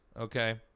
okay